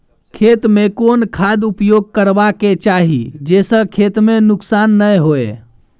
खेत में कोन खाद उपयोग करबा के चाही जे स खेत में नुकसान नैय होय?